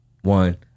one